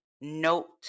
note